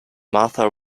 martha